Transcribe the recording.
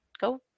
Go